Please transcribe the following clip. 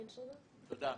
תודה.